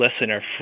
listener